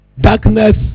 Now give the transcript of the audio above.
Darkness